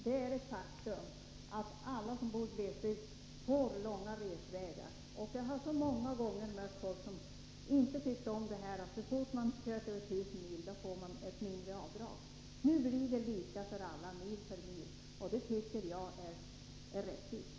Det är ett faktum att alla som bor i glesbygd får långa resvägar. Jag har många gånger mött människor som inte tyckt om att man får göra ett mindre avdrag när man har kört mer än 1 000 mil. Nu blir det lika för alla — mil för mil. Det tycker jag är rättvist.